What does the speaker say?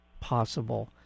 possible—